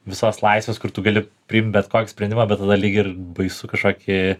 visos laisves kur tu gali priimt bet kokį sprendimą bet tada lyg ir baisu kažkokį